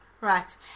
Right